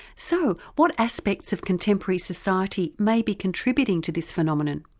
so what aspects of contemporary society may be contributing to this phenomenon?